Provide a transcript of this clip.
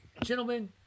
Gentlemen